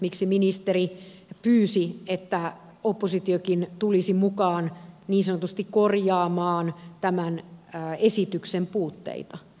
miksi ministeri pyysi että oppositiokin tulisi mukaan niin sanotusti korjaamaan tämän esityksen puutteita